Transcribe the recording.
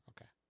Okay